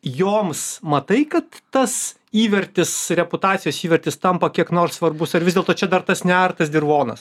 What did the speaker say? joms matai kad tas įvertis reputacijos įvertis tampa kiek nors svarbus ar vis dėlto čia dar tas neartas dirvonas